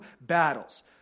battles